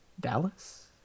dallas